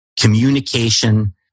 communication